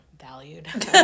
valued